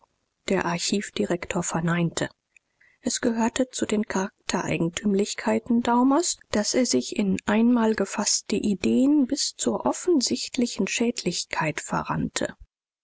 der archivdirektor verneinte es gehörte zu den charaktereigentümlichkeiten daumers daß er sich in einmal gefaßte ideen bis zur offensichtlichen schädlichkeit verrannte